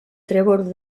trevor